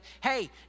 hey